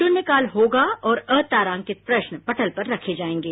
शून्यकाल होगा और अतारांकित प्रश्न पटल पर रखे जाएंगे